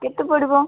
କେତେ ପଡ଼ିବ